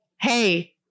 hey